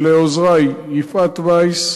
לעוזרי יפעת וייס,